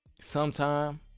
Sometime